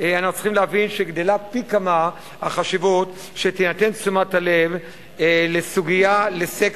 אנחנו צריכים להבין שגדלה פי כמה החשיבות של נתינת תשומת לב לסוגיה,